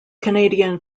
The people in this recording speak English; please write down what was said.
canadian